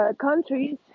countries